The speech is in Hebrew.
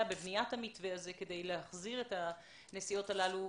בבניית המתווה הזה כדי להחזיר את הנסיעות הללו.